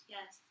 Yes